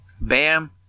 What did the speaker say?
bam